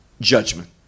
judgment